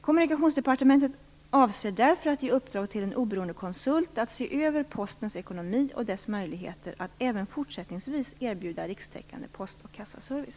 Kommunikationsdepartementet avser därför att ge i uppdrag till en oberoende konsult att se över Postens ekonomi och dess möjligheter att även fortsättningsvis erbjuda rikstäckande post och kassaservice.